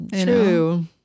true